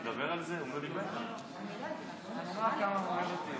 אנחנו מוכנים לשמוע את דברי החוכמה שלך.